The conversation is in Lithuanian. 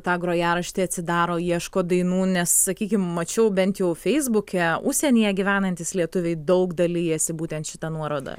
tą grojaraštį atsidaro ieško dainų nes sakykim mačiau bent jau feisbuke užsienyje gyvenantys lietuviai daug dalijasi būtent šita nuoroda